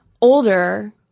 older